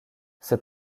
ses